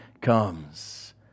comes